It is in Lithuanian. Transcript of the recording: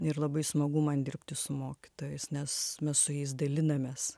ir labai smagu man dirbti su mokytojais nes mes su jais dalinamės